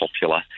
popular